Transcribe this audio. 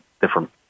different